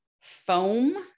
foam